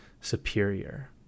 superior